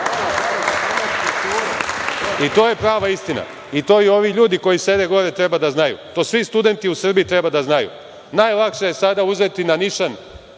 i to je prava istina i to i ovi ljudi koji sede gore treba da znaju. To svi studenti treba da znaju. Najlakše je sada uzeti na nišan